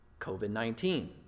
COVID-19